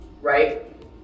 right